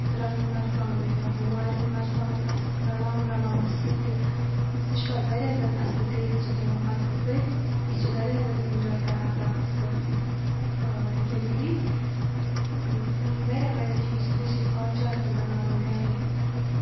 رَنُن مَرژوانٛگُن یا ہُہ وارِ ہُنٛد مَرژوانٛگُن آسہِ رَلاوُن رَلاوَس سُہ تہِ سُہ چھُ پَتہٕ واریاہ زیادٕ اَصٕل ٹیٚسٹہٕ دِوان بَتہٕ سۭتۍ أسۍ چھِ واریاہ زیادٕ ایٚنٛجاے کران پَتہٕ سُہ ریٚمِڈی اِیی واریاہ واریاہ چیٖز چھِ بیٚیہِ چھِ أسۍ آنچار تہِ بَناوان گرِ